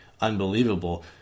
unbelievable